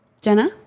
Jenna